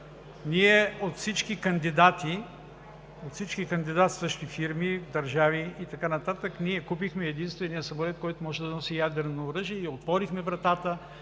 от всички кандидатстващи фирми, държави и така нататък, купихме единствения самолет, който може да носи ядрено оръжие и отворихме вратата